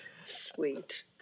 sweet